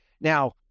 Now